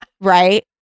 Right